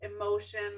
emotion